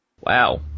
Wow